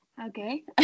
Okay